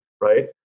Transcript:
Right